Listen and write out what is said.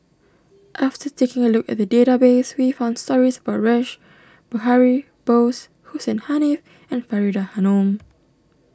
after taking a look at the database we found stories about Rash Behari Bose Hussein Haniff and Faridah Hanum